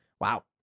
Wow